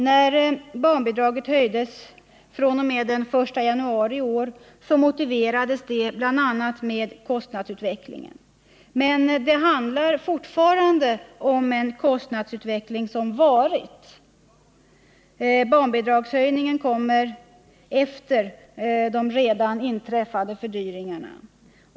När barnbidraget höjdes från den 1 januari i år motiverades det bl.a. med kostnadsutvecklingen. Men det handlar fortfarande om en kostnadsutveckling som varit, i och med att barnbidragshöjningen kom efter redan inträffade fördyringar.